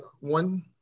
one